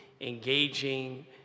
engaging